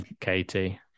katie